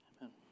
Amen